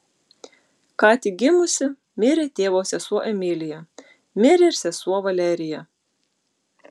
ką tik gimusi mirė tėvo sesuo emilija mirė ir sesuo valerija